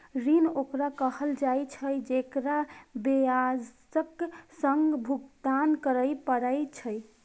ऋण ओकरा कहल जाइ छै, जेकरा ब्याजक संग भुगतान करय पड़ै छै